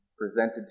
Presented